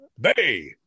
Bay